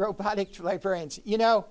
robotic to librarians you know